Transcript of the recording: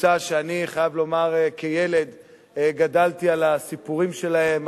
קבוצה שאני חייב לומר שכילד גדלתי על הסיפורים שלהם,